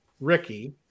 Ricky